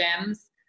gems